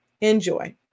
Enjoy